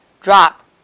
drop